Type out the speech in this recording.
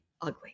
ugly